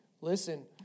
Listen